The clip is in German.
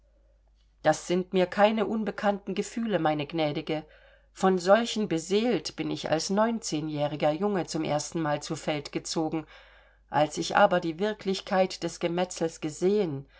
das sind mir keine unbekannten gefühle meine gnädige von solchen beseelt bin ich als neunzehnjähriger junge zum erstenmal zu feld gezogen als ich aber die wirklichkeit des gemetzels gesehen